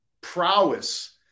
prowess